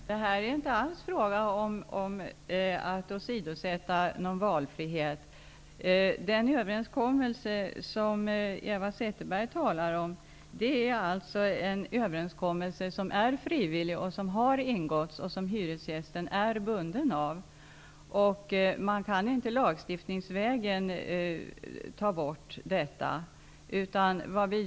Fru talman! Det är inte alls fråga om att åsidosätta någon valfrihet. Den överenskommelse som Eva Zetterberg talar om är frivillig och har ingåtts. Hyresgästen är alltså bunden av denna överenskommelse. Man kan inte lagstiftningsvägen ta bort detta förhållande.